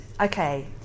okay